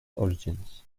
origins